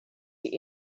die